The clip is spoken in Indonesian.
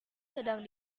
sedang